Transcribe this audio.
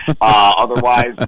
Otherwise